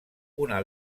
una